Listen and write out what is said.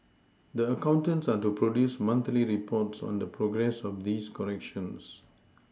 the accountants are to produce monthly reports on the progress of these corrections